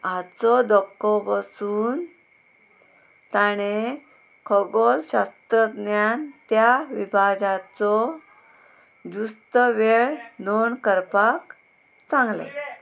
हाचो धक्को बसून ताणें खगोलशास्त्रज्ञान त्या विभाजाचो ज्यूस्त वेळ नोंद करपाक सांगलें